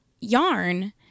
yarn